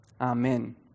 Amen